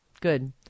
good